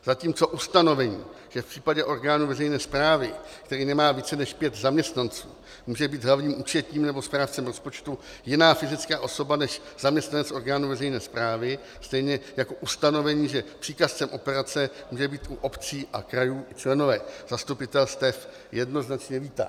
Zatímco ustanovení, že v případě orgánu veřejné správy, který nemá více než pět zaměstnanců, může být hlavním účetním nebo správcem rozpočtu jiná fyzická osoba než zaměstnanec orgánu veřejné správy, stejně jako ustanovení, že příkazcem operace můžou být u obcí a krajů i členové zastupitelstev, jednoznačně vítá.